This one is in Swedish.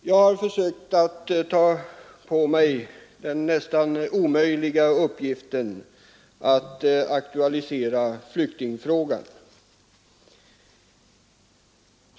Jag har försökt ta på mig den nästan omöjliga uppgiften att aktualisera flyktingfrågan.